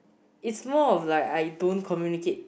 is more of like I don't communicate